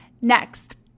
Next